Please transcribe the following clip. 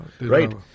Right